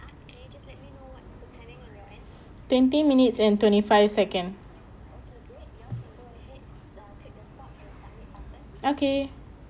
twenty minutes and twenty five second okay